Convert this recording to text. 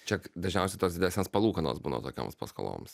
čia dažniausiai tos didesnės palūkanos būna tokioms paskoloms